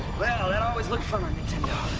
well, that always looked fun on nintendo.